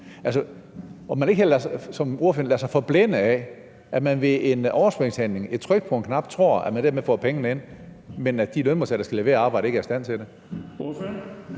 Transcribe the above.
man her, som ordføreren, lader sig forblænde af, at man ved en overspringshandling, et tryk på en knap, tror, at man dermed får pengene ind, mens de lønmodtagere, der skal levere arbejdet, ikke er i stand til det?